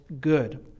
good